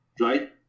right